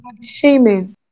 shaming